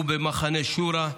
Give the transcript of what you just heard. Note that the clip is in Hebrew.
ובמחנה שורה,